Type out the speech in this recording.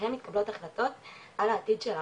בהם מתקבלות החלטות על העתיד שלנו,